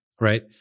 Right